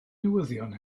newyddion